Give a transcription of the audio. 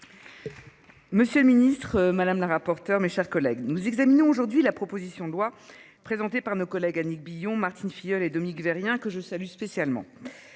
Monsieur le ministre, madame la rapporteure, mes chers collègues, nous examinons aujourd'hui la proposition de loi présentée par nos collègues Annick Billon Martine Filleul et Dominique Vérien que je salue spécialement